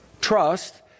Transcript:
Trust